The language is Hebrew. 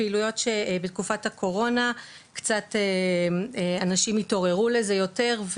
פעילויות שבתקופת הקורונה קצת אנשים התעוררו לזה יותר,